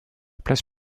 place